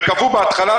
וקבעו בהתחלה,